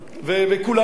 וכולנו.